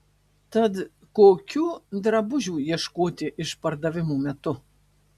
tad kokių drabužių ieškoti išpardavimų metu